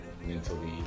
mentally